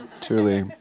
truly